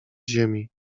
ziemi